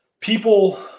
people